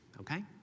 okay